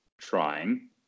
trying